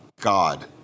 god